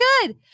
good